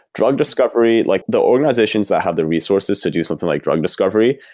drug discovery, like the organizations have the resources to do something like drug discovery,